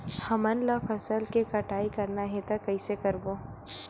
हमन ला फसल के कटाई करना हे त कइसे करबो?